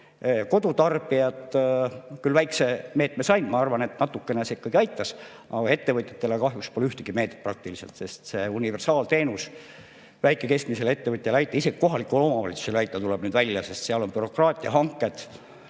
Kodutarbijad väikse meetme küll said, ma arvan, et natukene see ikka aitas. Ettevõtjatele pole kahjuks ühtegi meedet praktiliselt, sest see universaalteenus väike- ja keskmist ettevõtjat ei aita, isegi kohalikku omavalitsust ei aita, tuleb nüüd välja, sest seal on bürokraatiahanked.